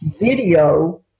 video